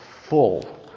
full